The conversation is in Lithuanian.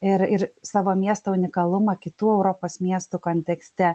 ir ir savo miesto unikalumą kitų europos miestų kontekste